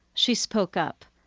she spoke up,